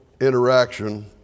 interaction